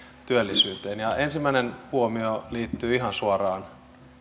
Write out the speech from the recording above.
työllisyyteen ensimmäinen huomio liittyy ihan suoraan